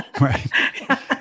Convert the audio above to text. Right